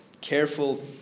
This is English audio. Careful